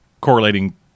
correlating